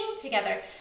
together